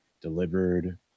delivered